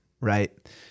right